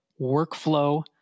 workflow